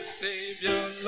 savior